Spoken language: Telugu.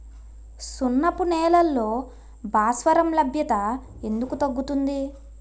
సున్నపు నేలల్లో భాస్వరం లభ్యత ఎందుకు తగ్గుతుంది?